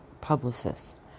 publicist